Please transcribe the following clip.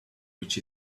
which